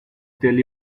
tell